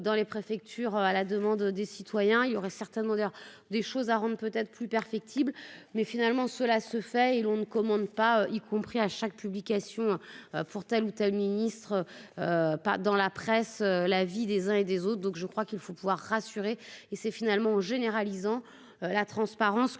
dans les préfectures, à la demande des citoyens, il y aurait certaines odeurs des choses à Rome peut être plus perfectible mais finalement, cela se fait-il, on ne commande pas, y compris à chaque publication pour telle ou telle Ministre pas dans la presse, la vie des uns et des autres, donc je crois qu'il faut pouvoir rassurer et c'est finalement en généralisant la transparence